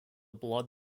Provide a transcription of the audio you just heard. blood